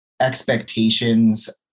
expectations